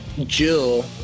Jill